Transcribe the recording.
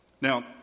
Now